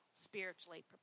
spiritually